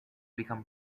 become